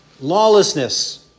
Lawlessness